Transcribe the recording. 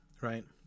right